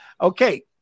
Okay